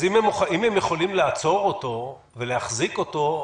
אז אם הם יכולים לעצור אותו ולהחזיק אותו,